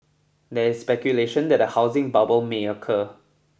there is speculation that a housing bubble may occur